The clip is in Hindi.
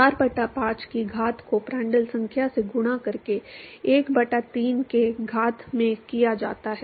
4 बटा 5 की घात को प्रांड्टल संख्या से गुणा करके 1 बटा 3 के घात में किया जाता है